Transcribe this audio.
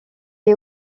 est